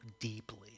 deeply